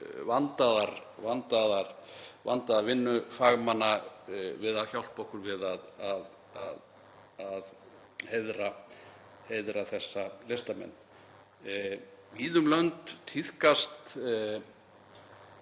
vandaða vinnu fagmanna við að hjálpa okkur við að heiðra þessa listamenn. Ég held að